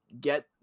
get